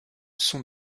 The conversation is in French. sont